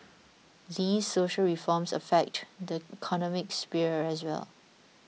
these social reforms affect the economic sphere as well